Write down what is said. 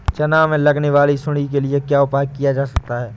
चना में लगने वाली सुंडी के लिए क्या उपाय किया जा सकता है?